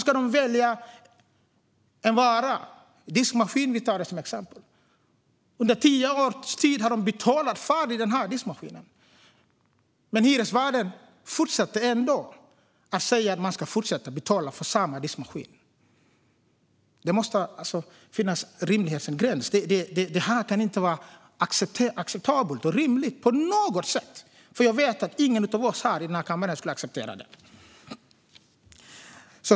Om de väljer till exempel en diskmaskin och betalar av den under tio år anser hyresvärden ändå att de ska fortsätta betala för samma diskmaskin. Det måste finnas en rimlig gräns. Detta kan inte vara acceptabelt och rimligt på något sätt. Jag vet att ingen av oss i denna kammare skulle acceptera det.